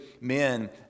men